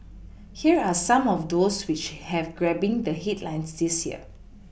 here are some of those which have grabbing the headlines this year